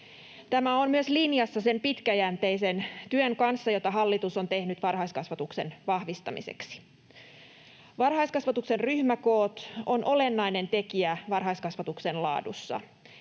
Tämä on myös linjassa sen pitkäjänteisen työn kanssa, jota hallitus on tehnyt varhaiskasvatuksen vahvistamiseksi. Varhaiskasvatuksen ryhmäkoot ovat olennainen tekijä varhaiskasvatuksen laadussa.